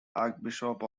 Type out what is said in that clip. archbishop